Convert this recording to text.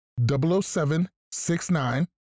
00769